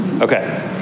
Okay